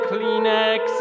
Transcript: Kleenex